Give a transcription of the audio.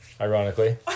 ironically